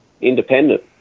independent